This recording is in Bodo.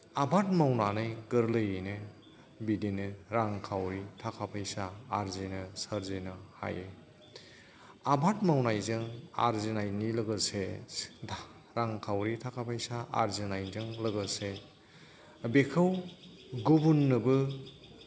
आबाद मावनानै गोरलैयैनो बिदिनो रांखावरि थाखा फैसा आरजिनो सोरजिनो हायो आबाद मावनायजों आरजिनायनि लोगोसे रांखावरि थाखा फैसा आरजिनायजों लोगोसे बेखौ गुबुननोबो